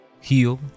heal